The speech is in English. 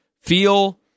feel